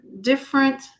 different